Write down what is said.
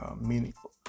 meaningful